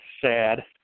sad